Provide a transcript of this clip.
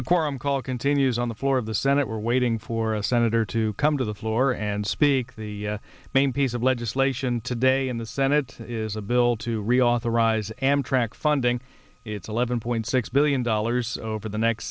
the quorum call continues on the floor of the senate we're waiting for a senator to come to the floor and speak the main piece of legislation today in the senate is a bill to reauthorize amtrak funding it's eleven point six billion dollars over the next